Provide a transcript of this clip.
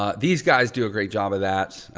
ah these guys do a great job of that.